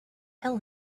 tell